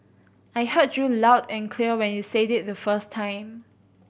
I heard you loud and clear when you said it the first time